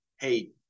hey